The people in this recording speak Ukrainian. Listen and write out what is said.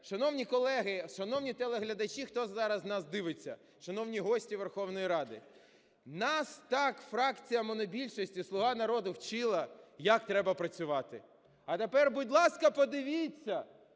Шановні колеги, шановні телеглядачі, хто нас зараз дивиться! Шановні гості Верховної Ради! Нас так фракція монобільшості "Слуга народу" вчила, як треба працювати. А тепер, будь ласка, подивіться,